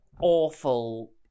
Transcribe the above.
awful